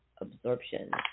absorption